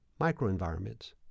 microenvironments